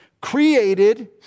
Created